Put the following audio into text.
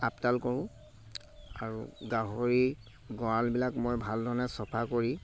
আপদাল কৰোঁ আৰু গাহৰি গঁৰালবিলাক মই ভাল ধৰণে চফা কৰি